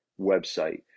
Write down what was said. website